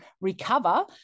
recover